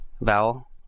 vowel